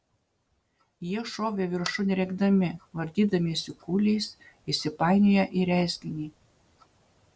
jie šovė viršun rėkdami vartydamiesi kūliais įsipainioję į rezginį